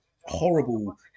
horrible